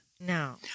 No